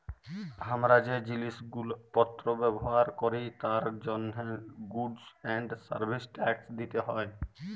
হামরা যে জিলিস পত্র ব্যবহার ক্যরি তার জন্হে গুডস এন্ড সার্ভিস ট্যাক্স দিতে হ্যয়